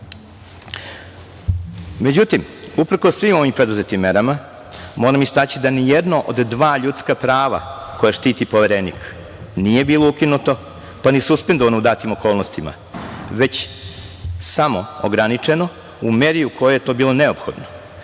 nadzora.Međutim, uprkos svim ovim preduzetim merama, moram istaći da ni jedno od dva ljudska prava koje štiti Poverenik nije bilo ukinuto, pa ni suspendovano u datim okolnostima, već samo ograničeno u meri u kojoj je to bilo neophodno,